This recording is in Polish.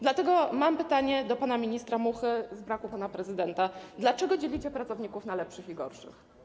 Dlatego mam pytanie do pana ministra Muchy, bo brak jest pana prezydenta: Dlaczego dzielicie pracowników na lepszych i gorszych?